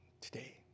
today